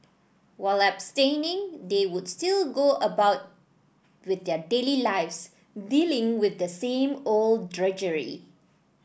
while abstaining they would still go about with their daily lives dealing with the same old drudgery